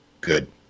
good